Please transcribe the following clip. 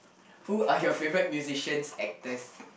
who are your favourite musicians actors